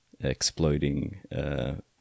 exploding